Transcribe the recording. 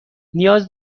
نیاز